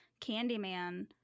Candyman